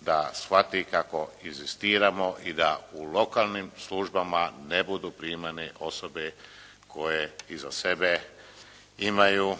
da shvati kako inzistiramo i da u lokalnim službama ne budu primane osobe koje iza sebe imaju